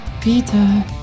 Peter